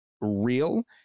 real